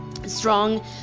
strong